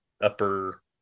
upper